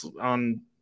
on